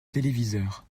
téléviseur